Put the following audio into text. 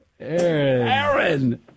Aaron